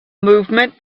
movement